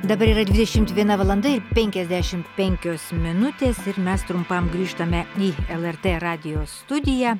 dabar yra dvidešimt viena valanda ir penkiasdešimt penkios minutės ir mes trumpam grįžtame į lrt radijo studiją